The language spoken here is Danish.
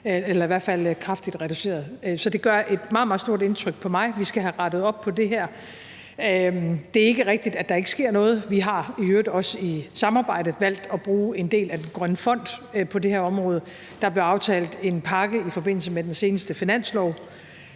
eller i hvert fald kraftigt reduceret. Så det gør et meget, meget stort indtryk på mig. Vi skal have rettet op på det her. Det er ikke rigtigt, at der ikke sker noget. Vi har, i øvrigt også i samarbejde, valgt at bruge en del af den grønne fond på det her område. Der er blevet aftalt en pakke i forbindelse med den seneste finanslov